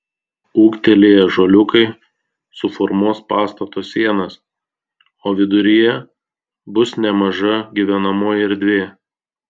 ūgtelėję ąžuoliukai suformuos pastato sienas o viduryje bus nemaža gyvenamoji erdvė